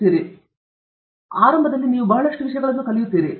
ಸಹ ಆರಂಭದಲ್ಲಿ ನೀವು ಬಹಳಷ್ಟು ವಿಷಯಗಳನ್ನು ಕಲಿಯುತ್ತೀರಿ